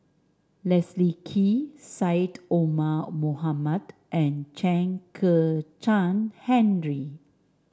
Leslie Kee Syed Omar Mohamed and Chen Kezhan Henri